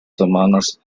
semanas